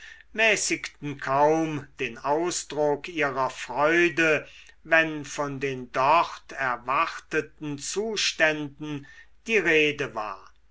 mäßigten kaum den ausdruck ihrer freude wenn von den dort erwarteten zuständen die rede war